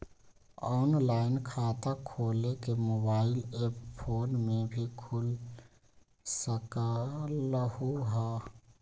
Online खाता खोले के मोबाइल ऐप फोन में भी खोल सकलहु ह?